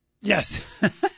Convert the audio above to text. Yes